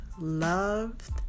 loved